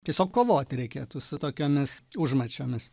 tiesiog kovoti reikėtų su tokiomis užmačiomis